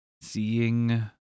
seeing